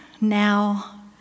now